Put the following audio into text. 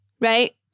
right